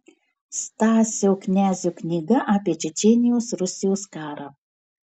stasio knezio knyga apie čečėnijos rusijos karą